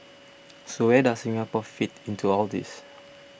so where does Singapore fit into all this